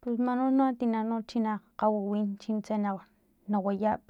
pus man u tina no china kgawiwin tsa na wayap